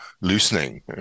loosening